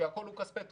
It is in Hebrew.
והכול מכספי תרומות.